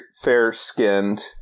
fair-skinned